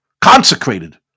consecrated